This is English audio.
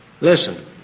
listen